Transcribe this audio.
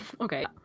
Okay